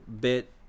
bit